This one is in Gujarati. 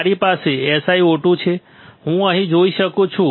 મારી પાસે SiO2 છે હું અહીં જોઈ શકું છું